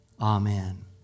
Amen